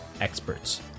experts